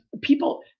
people